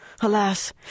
Alas